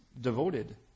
devoted